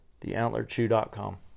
TheAntlerChew.com